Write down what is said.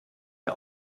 der